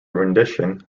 rendition